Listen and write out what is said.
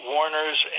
Warners